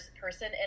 person